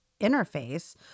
interface